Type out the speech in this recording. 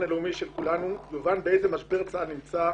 הלאומי של כולנו יובן באיזה משבר צה"ל נמצא.